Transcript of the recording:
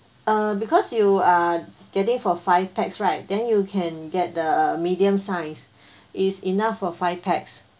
uh because you are getting for five pax right then you can get the medium size it's enough for five pax